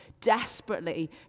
desperately